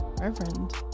Reverend